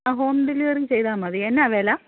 ആ home delivery ചെയ്താൽ മതി എന്നാണ് വില